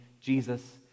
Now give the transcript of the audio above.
Jesus